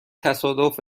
تصادف